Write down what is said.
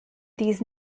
these